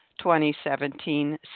2017